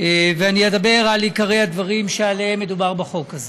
ואני אדבר על עיקרי הדברים שעליהם מדובר בחוק הזה,